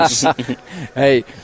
Hey